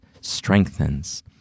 strengthens